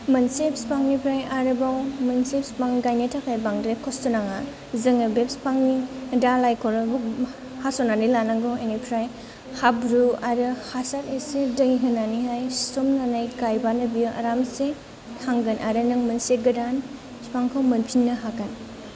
मोनसे बिफांनिफ्राय आरोबाव मोनसे बिफां गायनो थाखाय बांद्राय खस्थ' नाङा जोङो बे बिफांनि दालायखौनो हास'नानै लानांगौ बेनिफ्राय हाब्रु आरो हासार एसे दै होनानैहाय सिथमनानै गायब्लानो बियो आरामसे थांगोन आरो नों मोनसे गोदान बिफांखौ मोनफिननो हागोन